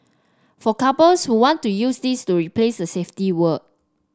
for couples who want to use this to replace the safety word